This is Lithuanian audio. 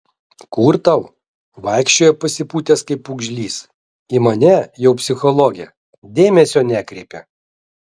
kur tau vaikščiojo pasipūtęs kaip pūgžlys į mane jau psichologę dėmesio nekreipė